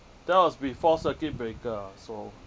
that was before circuit breaker lah so